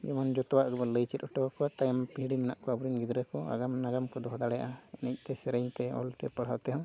ᱡᱮᱢᱚᱱ ᱡᱚᱛᱚᱣᱟᱜ ᱜᱮᱵᱚᱱ ᱞᱟᱹᱭ ᱪᱮᱫ ᱦᱚᱴᱚ ᱠᱚᱣᱟ ᱛᱟᱭᱚᱢ ᱯᱤᱲᱦᱤ ᱢᱮᱱᱟᱜ ᱠᱚᱣᱟ ᱟᱵᱚ ᱨᱮᱱ ᱜᱤᱫᱽᱨᱟᱹ ᱠᱚ ᱟᱜᱟᱢ ᱱᱟᱜᱟᱢ ᱠᱚ ᱫᱚᱦᱚ ᱫᱟᱲᱮᱭᱟᱜᱼᱟ ᱮᱱᱮᱡᱛᱮ ᱥᱮᱨᱮᱧᱛᱮ ᱚᱞ ᱛᱮ ᱯᱟᱲᱦᱟᱣ ᱛᱮ ᱦᱚᱸ